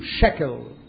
shekel